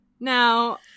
Now